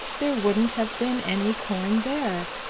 there wouldn't have been any corn there.